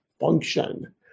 function